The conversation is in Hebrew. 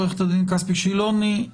עורכת הדין כספי שילוני,